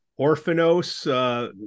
Orphanos